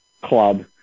club